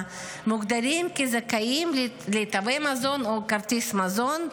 מוגדרים כזכאים לתווי מזון או כרטיס מזון.